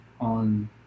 on